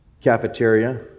cafeteria